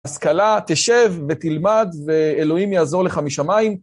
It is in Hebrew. השכלה, תשב ותלמד ואלוהים יעזור לך משמיים.